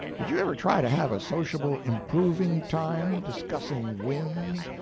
did you ever try to have a sociable improving-time discussing winds,